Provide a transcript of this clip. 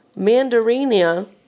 mandarinia